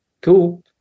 cool